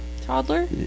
Toddler